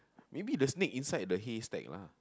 maybe the snake inside the haystack lah